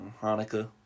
Hanukkah